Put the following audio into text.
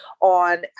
on